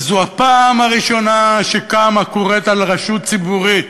וזו הפעם הראשונה שקם הכורת על רשות ציבורית,